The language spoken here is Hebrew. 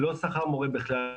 לא שכר מורה בכלל,